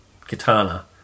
katana